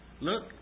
look